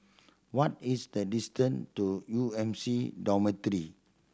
what is the distance to U M C Dormitory